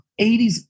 80s